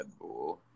Deadpool